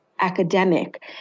academic